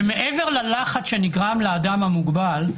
מעבר ללחץ שנגרם לאדם המוגבל,